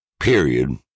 Period